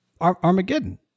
armageddon